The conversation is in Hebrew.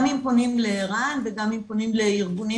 גם אם פונים לער"ן וגם אם פונים לארגונים